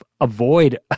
avoid